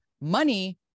money